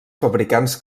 fabricants